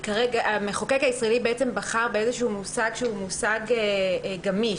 המחוקק הישראלי בעצם בחר באיזשהו מושג שהוא מושג גמיש,